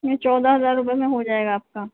नहीं चौदह हज़ार रुपये में हो जाएगा आपका